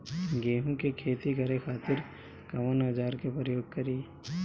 गेहूं के खेती करे खातिर कवन औजार के प्रयोग करी?